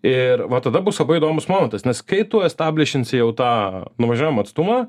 ir va tada bus labai įdomus momentas nes kai tu establišinsi jau tą nuvažiuojamą atstumą